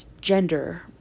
gender